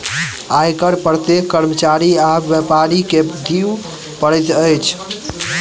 आय कर प्रत्येक कर्मचारी आ व्यापारी के दिअ पड़ैत अछि